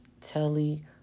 Telly